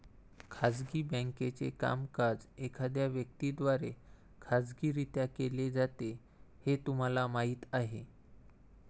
खाजगी बँकेचे कामकाज एखाद्या व्यक्ती द्वारे खाजगीरित्या केले जाते हे तुम्हाला माहीत आहे